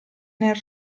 nel